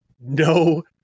no